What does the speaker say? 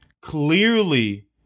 clearly